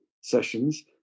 sessions